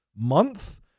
month